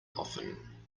often